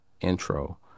intro